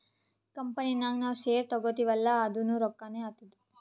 company ನಾಗ್ ನಾವ್ share ತಗೋತಿವ್ ಅಲ್ಲಾ ಅದುನೂ ರೊಕ್ಕಾನೆ ಆತ್ತುದ್